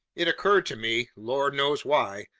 it occurred to me, lord knows why,